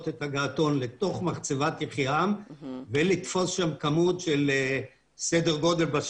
את הגעתון לתוך מחצבת יחיעם ולתפוס שם כמות של סדר גודל,